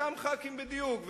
אותם חברי כנסת בדיוק,